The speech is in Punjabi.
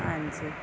ਹਾਂਜੀ